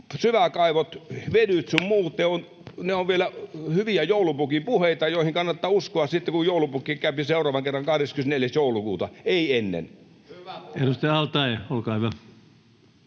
Syväkaivot, vedyt sun muut ovat vielä hyviä joulupukin puheita, joihin kannattaa uskoa sitten, kun joulupukki käypi seuraavan kerran 24. joulukuuta — ei ennen.